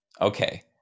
Okay